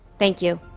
thank you.